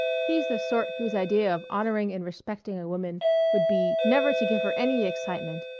he's the sort whose idea of honoring and respecting a woman would be never to give her any excitement.